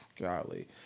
Golly